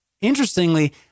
Interestingly